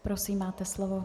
Prosím, máte slovo.